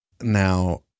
now